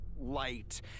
light